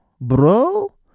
bro